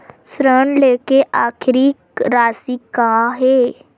ऋण लेके आखिरी राशि का हे?